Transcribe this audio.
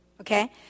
okay